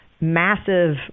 massive